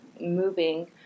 moving